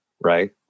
right